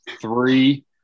three